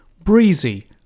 breezy